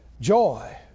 joy